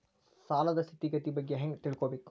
ಸಾಲದ್ ಸ್ಥಿತಿಗತಿ ಬಗ್ಗೆ ಹೆಂಗ್ ತಿಳ್ಕೊಬೇಕು?